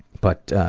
but